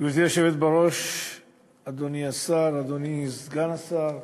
בראש, אדוני השר, אדוני סגן השר,